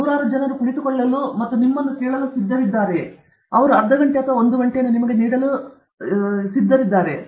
ನೂರಾರು ಜನರು ಕುಳಿತುಕೊಳ್ಳಲು ಮತ್ತು ನಿಮ್ಮನ್ನು ಕೇಳಲು ಸಿದ್ಧರಾಗಿದ್ದಾರೆ ಅವರು ಅರ್ಧ ಗಂಟೆ ಅಥವಾ ಒಂದು ಗಂಟೆ ನಿಮಗೆ ನೀಡುತ್ತಾರೆಯೇ